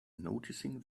noticing